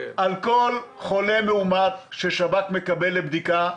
על כל חולה מאומת ששב"כ מקבל לבדיקה,